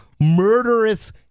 murderous